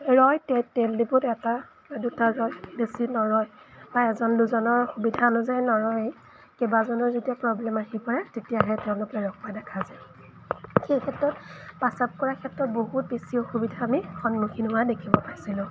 ৰয় তেল ডিপুত এটা বা দুটাত ৰয় বেছি নৰয় বা এজন দুজনৰ সুবিধা অনুযায়ী নৰয়েই কেইবাজনৰ যেতিয়া প্ৰব্লেম আহি পৰে তেতিয়াহে তেওঁলোকে ৰখোৱা দেখা যায় সেই ক্ষেত্ৰত প্ৰস্ৰাৱ কৰাৰ ক্ষেত্ৰত বহুত বেছি অসুবিধা আমি সন্মুখীন হোৱা দেখিব পাইছিলোঁ